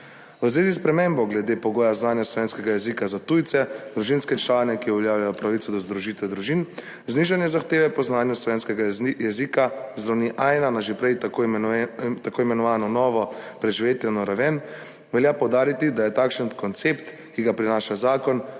V zvezi s spremembo glede pogoja znanja slovenskega jezika za tujce, družinske člane, ki uveljavljajo pravico do združitve družin, znižanje zahteve po znanju slovenskega jezika z ravni A1 na že prej omenjeno tako imenovano novo preživetveno raven velja poudariti, da takšen koncept, ki ga prinaša zakon,